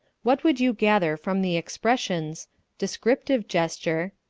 what would you gather from the expressions descriptive gesture,